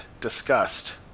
discussed